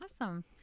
awesome